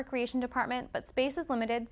recreation department but space is limited